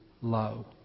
low